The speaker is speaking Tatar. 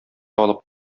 алып